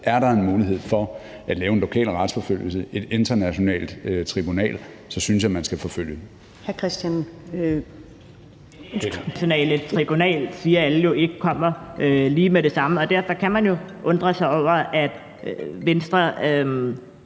Er der en mulighed for at lave en lokal retsforfølgelse ved et internationalt tribunal, synes jeg man skal forfølge